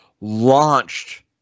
launched